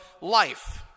life